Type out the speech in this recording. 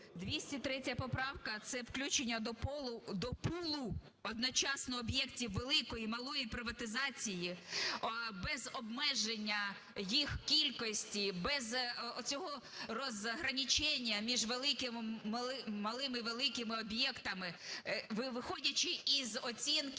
203 поправка – це включення до пулу одночасно об'єктів великої і малої приватизації без обмеження їх кількості, без цього разграничения між малими і великими об'єктами, виходячи з оцінки,